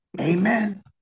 Amen